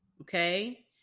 okay